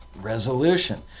resolution